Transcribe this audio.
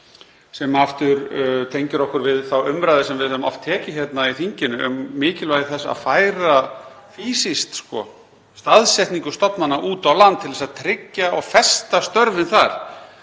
sem aftur tengir okkur við þá umræðu sem við höfum oft tekið hérna í þinginu um mikilvægi þess að færa fýsískt staðsetningu stofnana út á land til þess að tryggja og festa störfin þar.